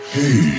Hey